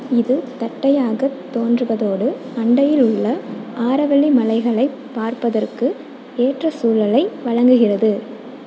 இது தட்டையாகத் தோன்றுவதோடு அண்டையில் உள்ள ஆரவல்லி மலைகளைப் பார்ப்பதற்கு ஏற்ற சூழலை வழங்குகிறது